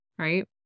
right